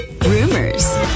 rumors